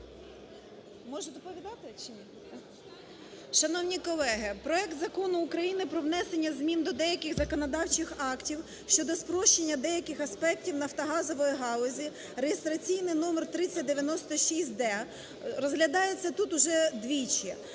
БЄЛЬКОВА О.В. Шановні колеги, проект Закону України про внесення змін до деяких законодавчих актів щодо спрощення деяких аспектів нафтогазової галузі (реєстраційний номер 3096-д) розглядається тут вже двічі.